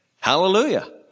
Hallelujah